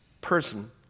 person